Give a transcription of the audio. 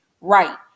Right